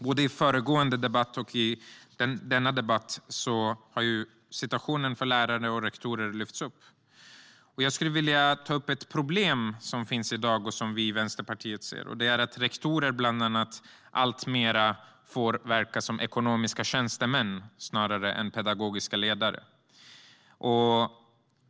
Både i föregående debatt och i denna debatt har situationen för lärare och rektorer lyfts upp. Jag skulle vilja ta upp ett problem som finns i dag och som vi i Vänsterpartiet ser. Det är att rektorer, bland annat, alltmer får verka som ekonomiska tjänstemän snarare än som pedagogiska ledare.